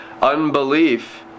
Unbelief